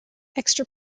extra